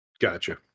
Gotcha